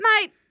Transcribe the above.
Mate